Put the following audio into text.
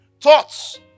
Thoughts